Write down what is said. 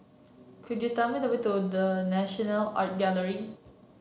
could you tell me the way to The National Art Gallery